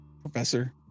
professor